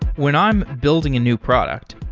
when i'm building a new product,